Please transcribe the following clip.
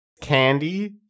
Candy